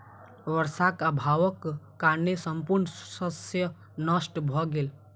वर्षाक अभावक कारणेँ संपूर्ण शस्य नष्ट भ गेल